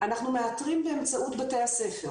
האינטרנט לא מאפשרת את הקשר מרחוק.